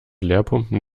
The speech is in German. leerpumpen